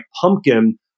pumpkin